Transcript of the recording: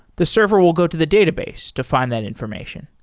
the server will go to the database to find that information.